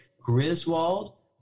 Griswold